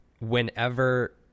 whenever